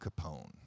Capone